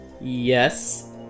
Yes